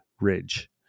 Ridge